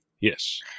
Yes